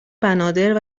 بنادر